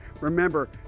Remember